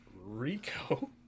Rico